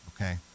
okay